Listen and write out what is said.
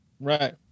right